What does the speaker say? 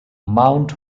mount